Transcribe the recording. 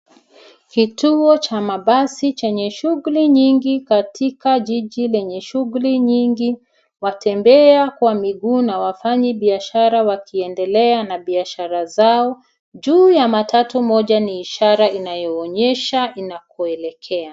Kituo cha mabasi chenye shughuli nyingi katika jiji lenye shughuli nyingi, watembea kwa miguu na wafanyibiashara wakiendelea na biashara zao. Juu ya matatu moja ni ishara inayoonyesha inakoelekea.